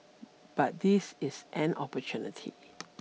but this is an opportunity